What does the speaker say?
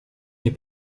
nie